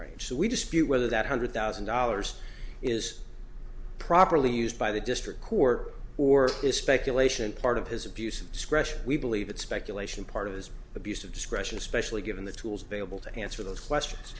range so we dispute whether that hundred thousand dollars is properly used by the district court or is speculation part of his abuse of discretion we believe it's speculation part of his abuse of discretion especially given the tools available to answer those